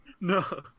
No